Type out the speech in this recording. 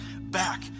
back